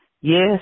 Yes